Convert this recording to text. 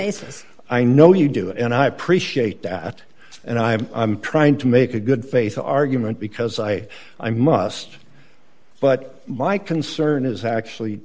basis i know you do it and i appreciate that and i'm trying to make a good faith argument because i i must but my concern is actually